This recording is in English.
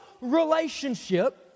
relationship